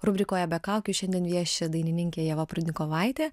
rubrikoje be kaukių šiandien vieši dainininkė ieva prudnikovaitė